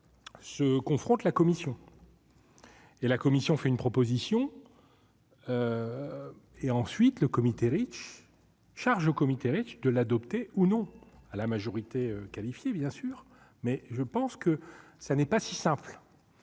se confronte la Commission et la Commission fait une proposition et ensuite le comité Reach, charge au comité riche de l'adopter ou non à la majorité qualifiée, bien sûr, mais je pense que ça n'est pas si simple